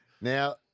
Now